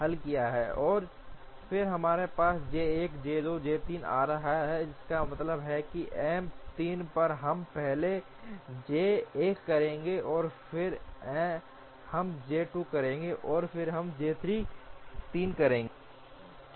और फिर हमारे पास J 1 J 2 J 3 आ रहा है जिसका मतलब है M 3 पर हम पहले J 1 करेंगे और फिर हम J 2 करेंगे और फिर हम J 3 करेंगे